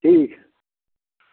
ठीक है